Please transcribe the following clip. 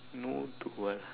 no to ah